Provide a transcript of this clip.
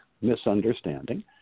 misunderstanding